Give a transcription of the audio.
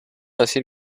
decir